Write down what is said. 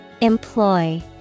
Employ